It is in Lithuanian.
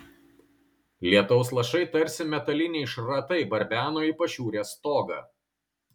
lietaus lašai tarsi metaliniai šratai barbeno į pašiūrės stogą